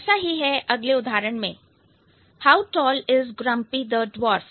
ऐसा ही है अगले उदाहरण में how tall is Grumpy the dwarf